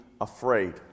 afraid